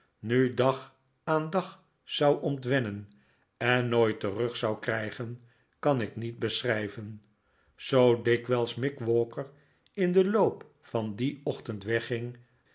nu dag aan dag zou ontwennen en nooit terug zou krijgen kan ik niet beschrijven zoo dikwijls mick walker in den loop van dien ochtend wegging